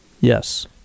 Yes